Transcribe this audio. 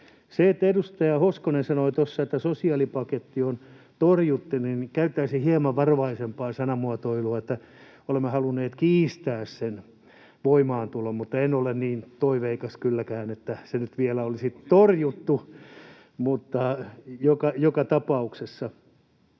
Edustaja Hoskonen sanoi tuossa, että sosiaalipaketti on torjuttu, mutta käyttäisin hieman varovaisempaa sanamuotoilua, että olemme halunneet kiistää sen voimaantulon — en ole niin toiveikas kylläkään, että se nyt vielä olisi torjuttu. [Hannu Hoskosen